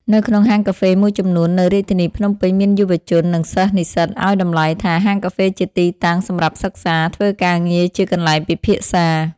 នៅក្នុងហាងកាហ្វេមួយចំនួន នៅរាជធានីភ្នំពេញ មានយុវជន និងសិស្ស-និស្សិតឱ្យតំលៃថា ហាងកាហ្វេជាទីតាំងសម្រាប់សិក្សា ធ្វើការងារជាកន្លែងពិភាក្សា។